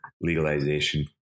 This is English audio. legalization